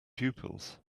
pupils